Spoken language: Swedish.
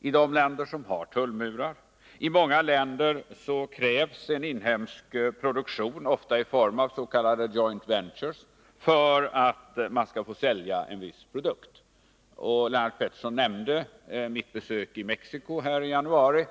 i de länder som har tullmurar. I många länder krävs en inhemsk produktion, ofta i form avs.k. joint ventures, för att man skall få sälja en viss produkt. Lennart Pettersson talade om mitt besök i Mexico i januari.